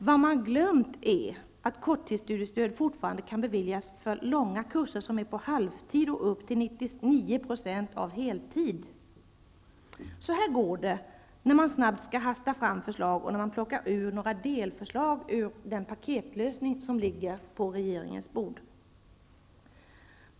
Vad man glömt är att korttidsstudiestöd fortfarande kan beviljas för långa kurser som är på halvtid och upp till 99 % av heltid. Så här går det när man snabbt skall hasta fram förslag och när man plockar ur några delförslag ur den paketlösning som ligger på regeringens bord.